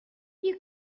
you